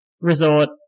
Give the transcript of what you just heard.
Resort